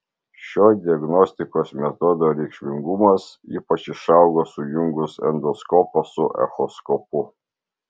šio diagnostikos metodo reikšmingumas ypač išaugo sujungus endoskopą su echoskopu